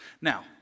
Now